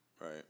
Right